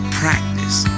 practice